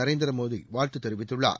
நரேந்திர மோடி வாழ்த்து தெரிவித்துள்ளார்